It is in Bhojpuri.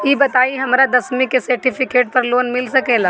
ई बताई हमरा दसवीं के सेर्टफिकेट पर लोन मिल सकेला?